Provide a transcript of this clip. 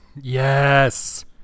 yes